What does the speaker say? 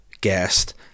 guest